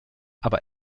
aber